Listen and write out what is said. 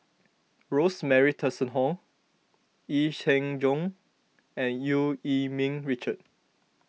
Rosemary Tessensohn Yee Jenn Jong and Eu Yee Ming Richard